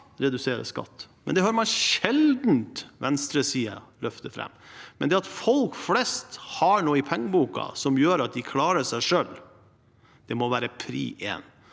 redusere skatt – men det hører man sjelden venstresiden løfte fram. Det at folk flest har noe i pengeboka som gjør at de klarer seg selv, må være prioritet